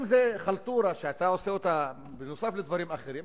אם זה חלטורה שאתה עושה אותה נוסף על דברים אחרים,